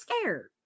scared